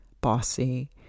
bossy